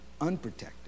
unprotected